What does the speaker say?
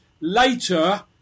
later